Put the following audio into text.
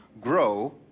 grow